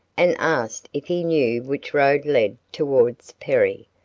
and asked if he knew which road led towards perry,